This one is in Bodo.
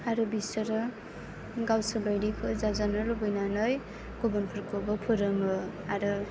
आरो बिसोरो गावसोरबायदिफोर जाजानो लुबैनानै गुबुनफोरखौबो फोरोङो आरो